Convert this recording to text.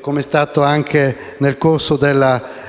come ha fatto nel corso della